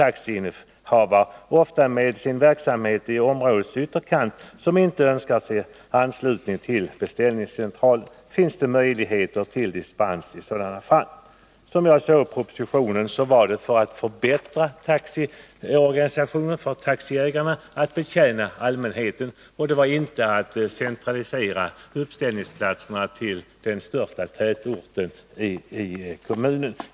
Som jag såg propositionen var avsikten med reformen att förbättra taxiägarnas organisation och servicen till allmänheten, inte att centralisera uppställningsplatserna till den största tätorten i kommunen.